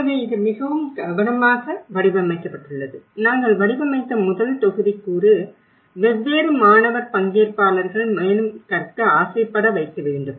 எனவே இது மிகவும் கவனமாக வடிவமைக்கப்பட்டுள்ளது நாங்கள் வடிவமைத்த முதல் தொகுதிக்கூறு வெவ்வேறு மாணவர் பங்கேற்பாளர்கள் மேலும் கற்க ஆசைப்பட வைக்க வேண்டும்